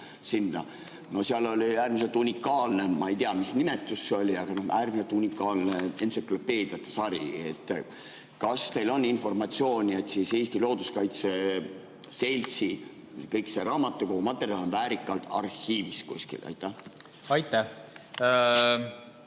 Seal oli äärmiselt unikaalne, ma ei tea, mis nimetus see oli, aga äärmiselt unikaalne entsüklopeediate sari. Kas teil on informatsiooni, et Eesti Looduskaitse Seltsi raamatukogu materjal on väärikalt kuskil arhiivis? Aitäh!